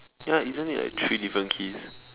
ya isn't it like three different keys